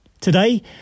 Today